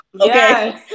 Okay